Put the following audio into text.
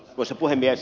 arvoisa puhemies